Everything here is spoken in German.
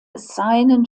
seinen